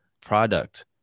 product